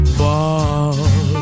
ball